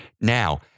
Now